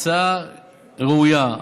הצעה ראויה.